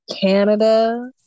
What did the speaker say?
Canada